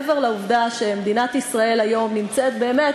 מעבר לעובדה שמדינת ישראל נמצאת היום